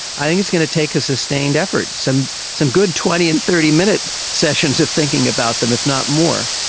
i think it's going to take a sustained effort, some some good twenty and thirty minute sessions of thinking about them, if not more.